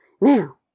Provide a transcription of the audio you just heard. Now